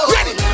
Ready